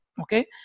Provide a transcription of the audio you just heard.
Okay